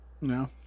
no